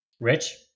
Rich